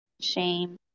Shame